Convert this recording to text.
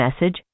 message